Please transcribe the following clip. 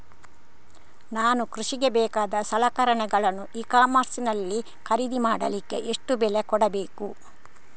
ನಾನು ಕೃಷಿಗೆ ಬೇಕಾದ ಸಲಕರಣೆಗಳನ್ನು ಇ ಕಾಮರ್ಸ್ ನಲ್ಲಿ ಖರೀದಿ ಮಾಡಲಿಕ್ಕೆ ಎಷ್ಟು ಬೆಲೆ ಕೊಡಬೇಕು?